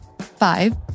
five